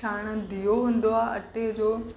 सांण ॾीयो हूंदो आहे अटे जो